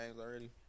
already